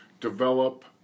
develop